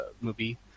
movie